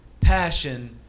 passion